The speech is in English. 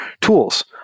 tools